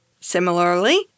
Similarly